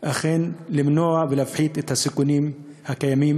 אכן למנוע ולהפחית את הסיכונים הקיימים